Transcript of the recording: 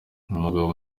umugabo